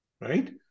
right